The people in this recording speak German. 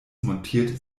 montiert